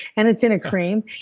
and it's in a cream.